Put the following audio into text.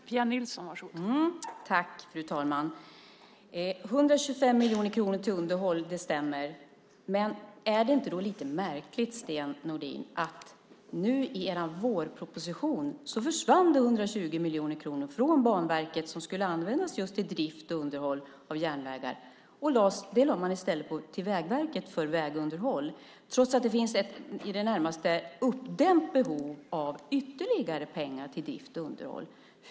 Fru talman! Det stämmer att det är 125 miljoner kronor till underhåll. Men är det då inte lite märkligt, Sten Nordin, att det i er vårproposition försvann 120 miljoner kronor från Banverket som skulle användas just till drift och underhåll av järnvägar? Det lade man i stället på Vägverket för vägunderhåll, trots att det finns ett i det närmaste uppdämt behov av ytterligare pengar till drift och underhåll.